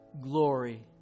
glory